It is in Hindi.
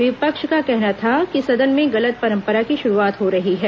विपक्ष का कहना था कि सदन में गलत परम्परा की शुरूआत हो रही है